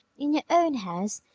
in your own house,